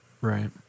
Right